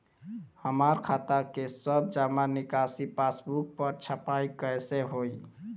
हमार खाता के सब जमा निकासी पासबुक पर छपाई कैसे होई?